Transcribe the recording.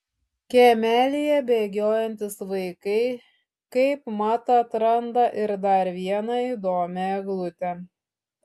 kiemelyje bėgiojantys vaikai kaip mat atranda ir dar vieną įdomią eglutę